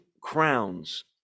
crowns